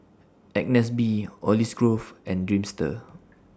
Agnes B Olive Grove and Dreamster